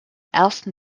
ersten